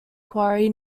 quarry